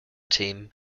team